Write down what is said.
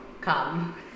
come